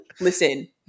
listen